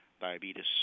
diabetes